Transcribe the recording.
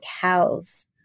cows